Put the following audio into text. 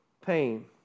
pain